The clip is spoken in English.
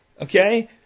okay